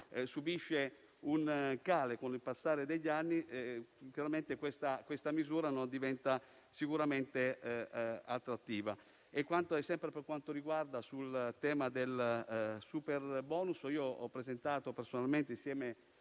subisce un calo con il passare degli anni, chiaramente questa misura non è sicuramente attrattiva. Sempre per quanto riguarda il tema del superbonus, ho presentato personalmente, insieme